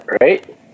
right